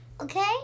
Okay